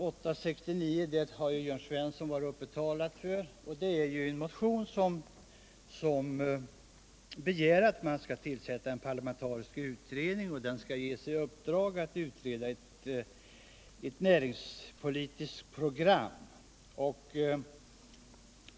Jörn Svensson har talat för vpk-motionen 869. Däri begärs att man skall tillsätta en parlamentarisk utredning, som får i uppdrag att utarbeta ett näringspolitiskt program.